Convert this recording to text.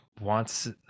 wants